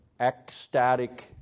ecstatic